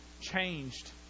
changed